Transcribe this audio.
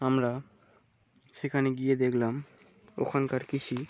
আমরা সেখানে গিয়ে দেখলাম ওখানকার কৃষি